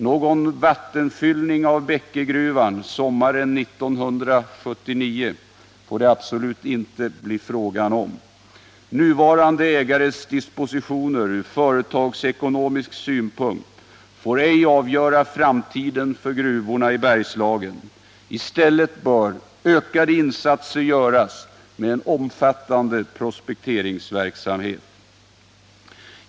Någon vattenfyllning av Bäckegruvan sommaren 1979 får det absolut inte bli fråga om. Nuvarande ägares dispositioner från företagsekonomisk synpunkt får ej avgöra framtiden för gruvorna i Bergslagen. I stället bör ökade insatser i form av en omfattande prospekteringsverksamhet göras.